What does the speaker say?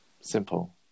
Simple